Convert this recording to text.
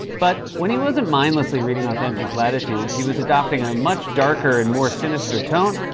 but when he wasn't mindlessly reading off empty platitudes, he was adopting a much darker and more sinister tone,